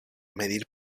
medir